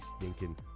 stinking